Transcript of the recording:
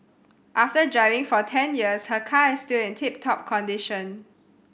after driving for ten years her car is still in tip top condition